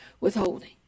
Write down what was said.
withholding